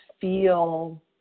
feel